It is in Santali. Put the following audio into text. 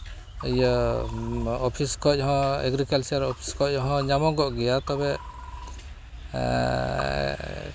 ᱤᱭᱟᱹ ᱚᱯᱷᱤᱥ ᱠᱷᱚᱡ ᱦᱚᱸ ᱮᱜᱽᱨᱤᱠᱟᱞᱪᱟᱨ ᱚᱯᱷᱤᱥ ᱠᱷᱚᱡ ᱦᱚᱸ ᱧᱟᱢᱚᱜᱚᱜ ᱜᱮᱭᱟ ᱛᱚᱵᱮ